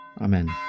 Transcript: Amen